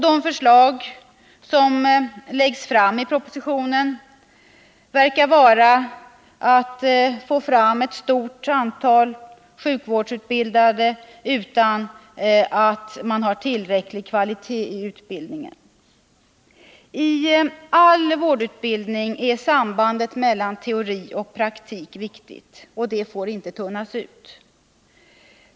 De förslag som läggs fram i propositionen verkar syfta till att få fram ett stort antal sjukvårdsutbildade utan att man har tillräcklig kvalitet i utbildningen. Tall vårdutbildning är sambandet mellan teori och praktik viktigt, och det får inte tunnas ut.